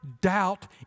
doubt